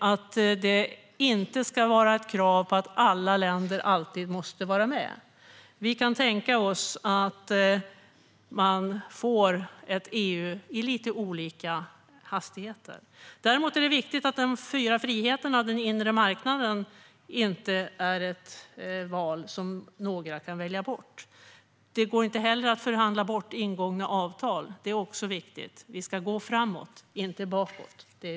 Det ska inte finnas något krav på att alla länder alltid måste vara med. Vi kan tänka oss ett EU-medlemskap i lite olika hastigheter. Däremot är det viktigt att de fyra friheterna och den inre marknaden inte kan väljas bort. Det går inte heller att förhandla bort ingångna avtal; det är också viktigt.